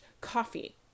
Coffee